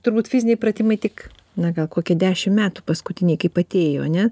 turbūt fiziniai pratimai tik na gal kokį dešim metų paskutiniailaip atėjo ane